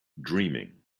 dreaming